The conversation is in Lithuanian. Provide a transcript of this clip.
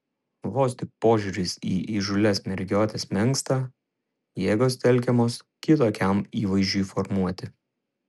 vos tik požiūris į įžūlias mergiotes menksta jėgos telkiamos kitokiam įvaizdžiui formuoti